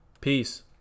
Peace